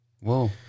Whoa